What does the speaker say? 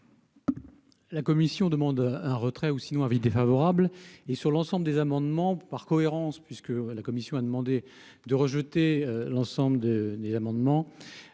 La commission demande un retrait ou sinon avis défavorable et sur l'ensemble des amendements, par cohérence puisque la Commission a demandé de rejeter l'ensemble de des amendements